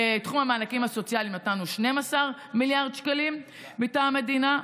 בתחום המענקים הסוציאליים נתנו 12 מיליארד שקלים מטעם המדינה,